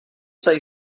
say